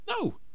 No